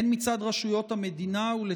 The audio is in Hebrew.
הן מצד רשויות המדינה והן,